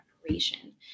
preparation